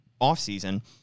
offseason